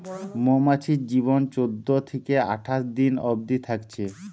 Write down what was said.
মৌমাছির জীবন চোদ্দ থিকে আঠাশ দিন অবদি থাকছে